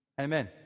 Amen